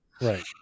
Right